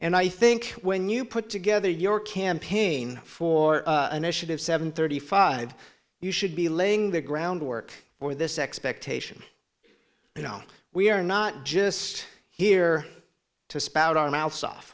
and i think when you put together your campaign for initiative seven thirty five you should be laying the groundwork for this expectation you know we are not just here to spout our mout